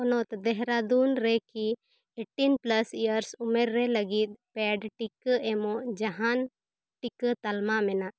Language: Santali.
ᱦᱚᱱᱚᱛ ᱫᱮᱦᱨᱟᱫᱩᱱ ᱨᱮᱠᱤ ᱮᱭᱤᱴᱴᱤᱱ ᱯᱞᱟᱥ ᱤᱭᱟᱨᱥ ᱩᱢᱮᱨ ᱨᱮ ᱞᱟᱹᱜᱤᱫ ᱯᱮᱰ ᱴᱤᱠᱟᱹ ᱮᱢᱚᱜ ᱡᱟᱦᱟᱱ ᱴᱤᱠᱟᱹ ᱛᱟᱞᱢᱟ ᱢᱮᱱᱟᱜ